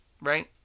right